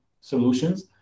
solutions